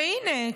והינה,